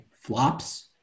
flops